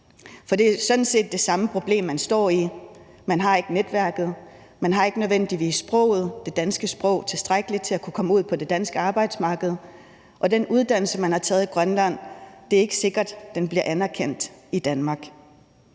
For det er sådan set det samme problem, man står i: Man har ikke netværket. Man kan ikke nødvendigvis sproget, det danske sprog, tilstrækkeligt til at kunne komme ud på det danske arbejdsmarked, og den uddannelse, man har taget Grønland, er det ikke sikkert bliver anerkendt i Danmark.